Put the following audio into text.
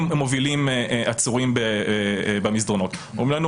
הכנסת ארבל וחברי כנסת נוספים מצלמים את הסיטואציות האלה ומעבירים